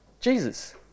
Jesus